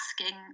asking